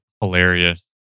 hilarious